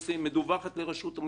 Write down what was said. מדווחת לרשות המסים,